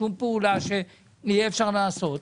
שום פעולה שאפשר יהיה לעשות.